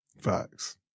facts